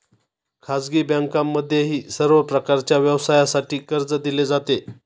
खाजगी बँकांमध्येही सर्व प्रकारच्या व्यवसायासाठी कर्ज दिले जाते